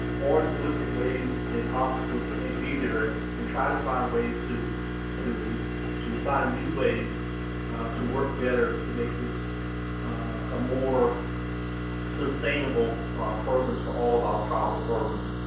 or to look at ways in obstacles that may be there and try to find ways, to to find new ways to work better to make this a more sustainable programs for all of our tribal programs.